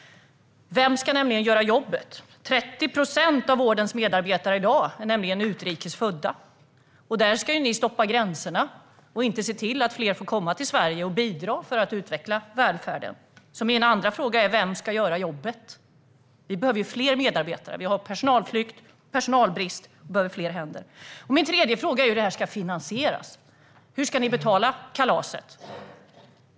Vem ska göra jobbet? 30 procent av vårdens medarbetare är i dag utrikesfödda. Ni ska stänga gränserna i stället för att se till att fler får komma till Sverige och bidra för att utveckla välfärden. Min andra fråga är alltså: Vem ska göra jobbet? Vi behöver ju fler medarbetare. Vi har personalflykt och personalbrist och behöver fler händer. Min tredje fråga är hur det här ska finansieras. Hur ska ni betala kalaset?